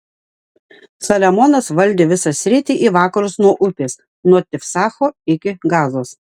saliamonas valdė visą sritį į vakarus nuo upės nuo tifsacho iki gazos